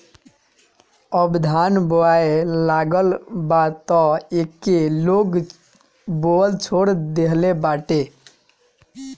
अब धान बोआए लागल बा तअ एके लोग बोअल छोड़ देहले बाटे